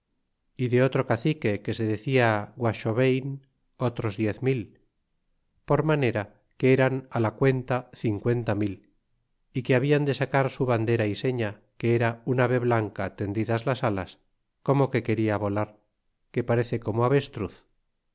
é de otro cacique que se decia guaxobcin otros diez mil por manera que eran la cuenta cincuenta mil y que habian de sacar su vandera y seña que era un ave blanca tendidas las alas como que quena volar que parece como avestruz